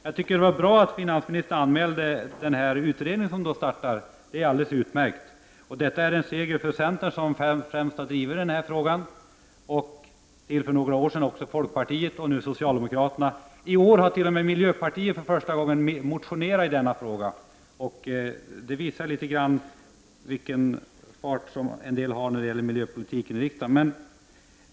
Jag tycker att det var bra att finansministern här anmälde att en utredning skall startas. Det är alldeles utmärkt. Det är en seger för centern, som främst har drivit den här frågan, vilket också folkpartiet har gjort tills för några år sedan. Nu driver socialdemokraterna frågan, och i år har t.o.m. miljöpartiet för första gången motionerat i denna fråga. Det visar litet grand vilken hastighet en del har när det gäller miljöpolitiken i riksdagen.